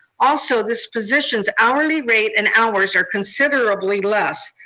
also, this position's hourly rate and hours are considerably less.